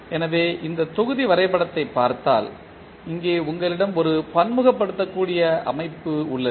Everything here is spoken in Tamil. எனவே இந்த தொகுதி வரைபடத்தை பார்த்தால் இங்கே உங்களிடம் ஒரு பன்முகப்படுத்தக்கூடிய அமைப்பு உள்ளது